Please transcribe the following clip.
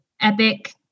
epic